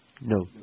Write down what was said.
No